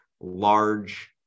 large